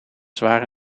zware